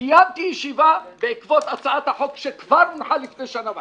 קיימתי ישיבה בעקבות הצעת החוק שכבר הונחה לפני שנה וחצי,